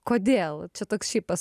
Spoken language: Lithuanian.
kodėl čia toks šiaip pa